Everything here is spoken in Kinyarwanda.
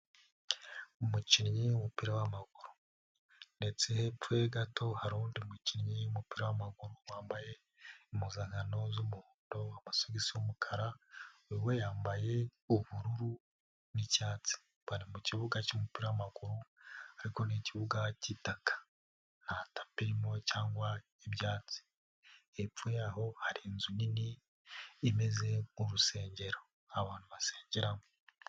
Umukinnyi w'umupira w'amaguru ndetse hepfo ye gato hari uwundi mukinnyi w'umupira w'amaguru wambaye impuzankano z'umuhondo, amasogisi y'umukara. We yambaye ubururu n'icyatsi. Bari mu kibuga cy'umupira w'amaguru ariko ni ikibuga kitaka, nta tapi irimo cyangwa ibyatsi. Hepfo yaho hari inzu nini imeze nk'urusengero abantu basengeramo.